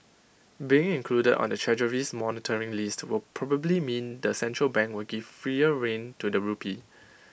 being included on the Treasury's monitoring list will probably mean the central bank will give freer rein to the rupee